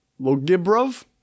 Logibrov